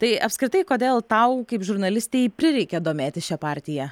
tai apskritai kodėl tau kaip žurnalistei prireikė domėtis šia partija